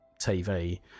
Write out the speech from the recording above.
TV